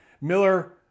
Miller